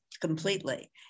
completely